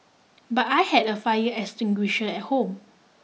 but I had a fire extinguisher at home